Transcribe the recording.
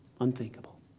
Unthinkable